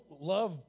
love